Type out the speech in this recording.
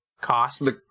cost